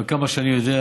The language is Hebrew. אבל עד כמה שאני יודע,